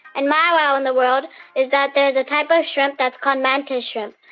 and my wow in the world is that there's a type of shrimp that's called mantis shrimp,